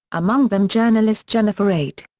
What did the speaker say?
among them journalist jennifer eight.